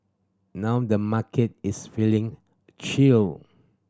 now the market is feeling chill